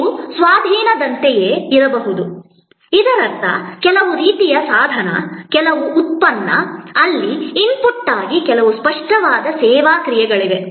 ಇದು ಸ್ವಾಧೀನದಂತೆಯೇ ಇರಬಹುದು ಇದರರ್ಥ ಕೆಲವು ರೀತಿಯ ಸಾಧನ ಕೆಲವು ಉತ್ಪನ್ನ ಅಲ್ಲಿ ಇನ್ಪುಟ್ ಆಗಿ ಕೆಲವು ಸ್ಪಷ್ಟವಾದ ಸೇವಾ ಕ್ರಿಯೆಗಳಿವೆ